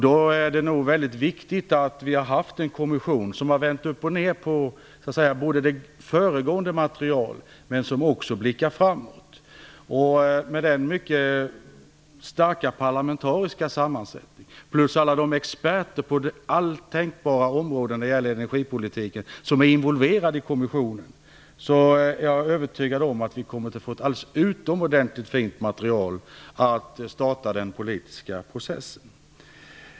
Då är det nog väldigt viktigt att vi har haft en kommission som har vänt uppochned på det tidigare materialet men som också blickar framåt. Med tanke på dess mycket starka parlamentariska sammansättning och alla de experter på alla tänkbara områden inom energipolitiken som är involverade i kommissionen är jag övertygad om att vi kommer att få ett utomordentligt fint material för att starta den politiska processen.